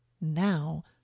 now